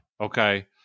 okay